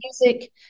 music